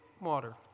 water